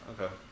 Okay